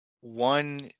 one